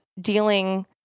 dealing